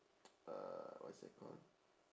uh what is that call